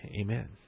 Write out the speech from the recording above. Amen